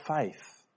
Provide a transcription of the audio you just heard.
faith